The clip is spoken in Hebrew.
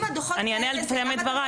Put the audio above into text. אם הדוחות --- אני אסיים את דבריי.